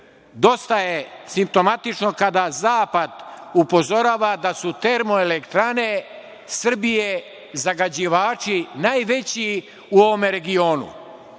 dosta je simptomatično kada zapad upozorava da su termoelektrane Srbije zagađivači najveći u ovom regionu.